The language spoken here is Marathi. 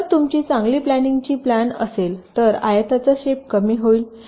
तर जर तुमची तुमची चांगली प्लॅनिंगची प्लॅन असेल तर आयताचा शेप कमी होईल